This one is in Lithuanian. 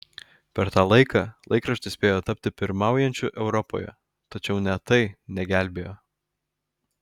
per tą laiką laikraštis spėjo tapti pirmaujančiu europoje tačiau net tai negelbėjo